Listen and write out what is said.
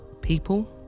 people